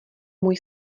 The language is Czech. můj